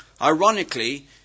Ironically